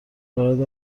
وارد